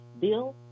Bill